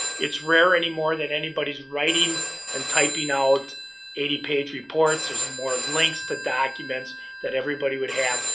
it's rare anymore that anybody's writing and typing out eighty page reports. there's more links to documents that everybody would have.